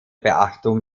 beachtung